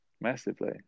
massively